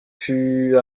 fut